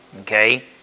Okay